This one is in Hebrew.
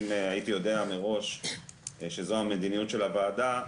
אם הייתי יודע מראש שזו המדיניות של הוועדה,